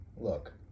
Look